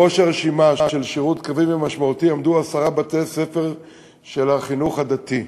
בראש הרשימה של שירות קרבי ומשמעותי עמדו עשרה בתי-ספר של החינוך הדתי.